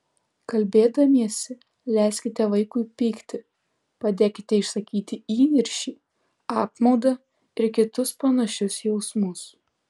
kalbėdamiesi leiskite vaikui pykti padėkite išsakyti įniršį apmaudą ir kitus panašius jausmus